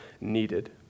needed